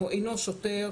הוא אינו שוטר,